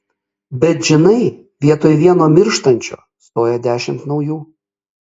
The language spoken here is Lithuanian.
bet žinai vietoj vieno mirštančio stoja dešimt naujų